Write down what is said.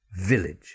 village